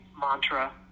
mantra